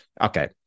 Okay